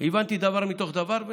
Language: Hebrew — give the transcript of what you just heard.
הבנתי דבר מתוך דבר: